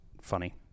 funny